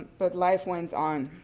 but life went on.